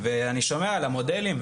ואני שומע על המודלים,